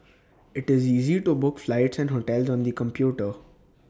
IT is easy to book flights and hotels on the computer